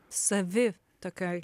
savi tokioj